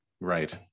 Right